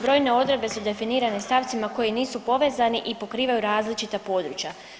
Brojne odredbe su definirane stavcima koji nisu povezani i pokrivaju različita područja.